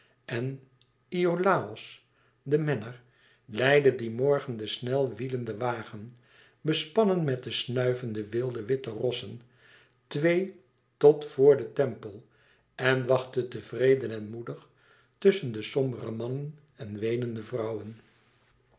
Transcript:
en iolàos de menner leidde dien morgen de snel wielende wagen bespannen met de snuivende wilde witte rossen twee tot voor den tempel en wachtte tevreden en moedig tusschen de sombere mannen en weenende vrouwen